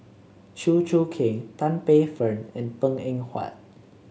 Chew Choo Keng Tan Paey Fern and Png Eng Huat